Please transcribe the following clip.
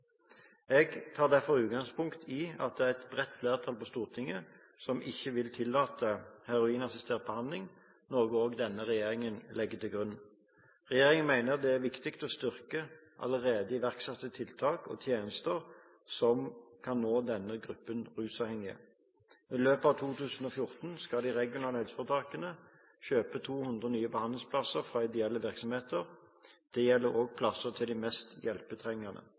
Jeg tar derfor utgangspunkt i at det er et bredt flertall på Stortinget som ikke vil tillate heroinassistert behandling, noe også denne regjeringen legger til grunn. Regjeringen mener det er viktigere å styrke allerede iverksatte tiltak og tjenester som kan nå denne gruppen rusavhengige. I løpet av 2014 skal de regionale helseforetakene kjøpe 200 nye behandlingsplasser fra ideelle virksomheter. Det gjelder også plasser til de mest hjelpetrengende.